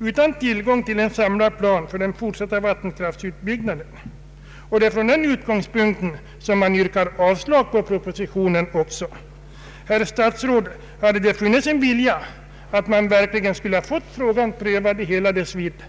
utan tillgång till en samlad plan för den fortsatta vattenkraftsutbyggnaden. Med den motiveringen yrkar reservanterna avslag på propositionen. Herr statsråd! Har det funnits en vilja att verkligen få frågan prövad i hela dess vidd?